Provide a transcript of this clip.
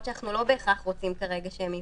שאנחנו לא בהכרח רוצים כרגע שהם ייפתחו.